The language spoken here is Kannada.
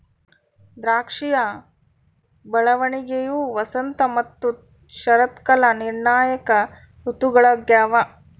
ದ್ರಾಕ್ಷಿಯ ಬೆಳವಣಿಗೆಯು ವಸಂತ ಮತ್ತು ಶರತ್ಕಾಲ ನಿರ್ಣಾಯಕ ಋತುಗಳಾಗ್ಯವ